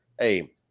Hey